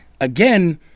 Again